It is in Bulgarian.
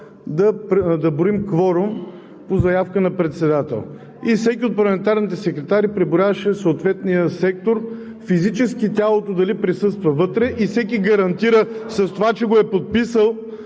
да броим кворум по заявка на председател. Всеки от парламентарните секретари преброяваше съответния сектор – физически тялото дали присъства вътре, и всеки гарантира с това, че го е подписал,